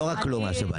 לא רק לא מהשב"נים,